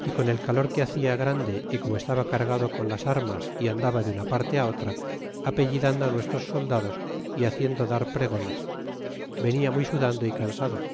y con el calor que hacia grande y como estaba cargado con las armas a andaba de una parte otra apellidando nuestros soldados y haciendo dar pregones venia muy sudando y cansado